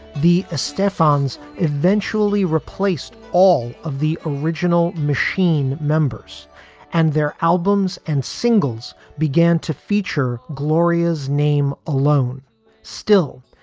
the ah stephane's eventually replaced all of the original machine members and their albums and singles began to feature gloria's name alone still,